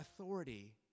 authority